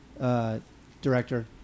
director